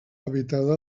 habitada